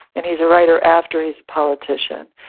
and he's a writer after he's a politician,